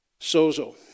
Sozo